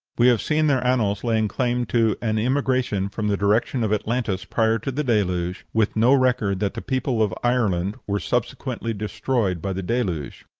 we have seen their annals laying claim to an immigration from the direction of atlantis prior to the deluge, with no record that the people of ireland were subsequently destroyed by the deluge.